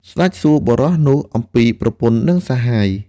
ស្ដេចសួរបុរសនោះអំពីប្រពន្ធនិងសហាយ។